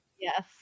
yes